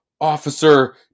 Officer